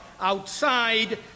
outside